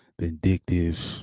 vindictive